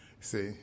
See